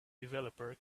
developer